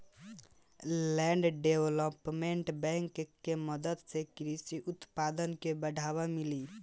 land development bank के मदद से कृषि उत्पादन के बढ़ावा मिली